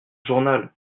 journal